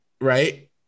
right